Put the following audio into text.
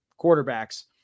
quarterbacks